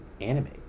anime